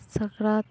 ᱥᱟᱠᱨᱟᱛ